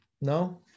No